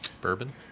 Bourbon